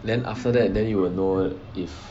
then after that then you will know if